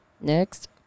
Next